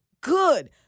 good